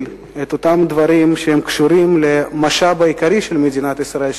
את אותם דברים שקשורים למשאב העיקרי של מדינת ישראל,